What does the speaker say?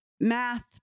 Math